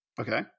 Okay